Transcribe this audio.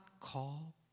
call